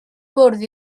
bwrdd